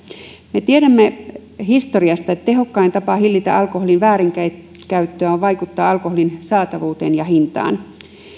me tiedämme historiasta että tehokkain tapa hillitä alkoholin väärinkäyttöä on vaikuttaa alkoholin saatavuuteen ja hintaan